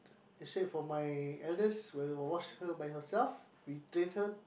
he said for my eldest will wash her by herself we treat her